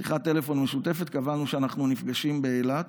בשיחת טלפון משותפת קבענו שאנחנו נפגשים באילת.